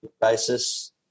basis